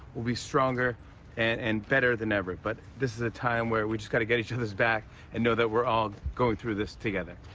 we'll be stronger and and better than ever. but this is a time where we just got to get each other's back and know that we're all going through this together.